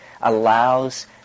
allows